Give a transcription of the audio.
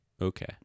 Okay